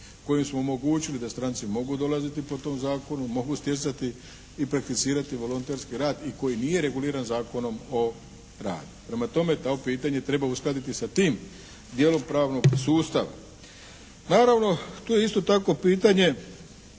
kojim smo omogućili da stranci mogu dolaziti po tom zakonu, mogu stjecati i prakticirati volonterski rad i koji nije reguliran Zakonom o radu. Prema tome to pitanje treba uskladiti sa tim djelom pravnog sustava. Naravno tu je isto tako pitanje